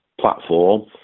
platform